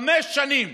חמש שנים.